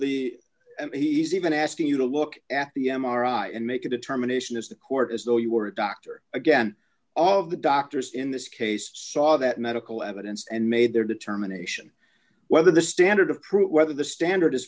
the he's even asking you to look at the m r i and make a determination as the court as though you were a doctor again all of the doctors in this case saw that medical evidence and made their determination whether the standard of proof whether the standard is